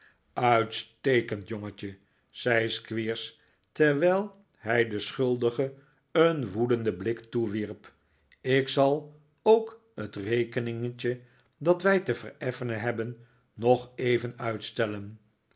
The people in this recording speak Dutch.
uitstekend jongetje zei squeers terwijl hij den schuldige een woedenden blik toewierp ik zal ook t rekeningetje dat wij te vereffenen hebben nog even uitstellen